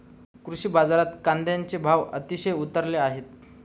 कृषी बाजारात कांद्याचे भाव अतिशय उतरले आहेत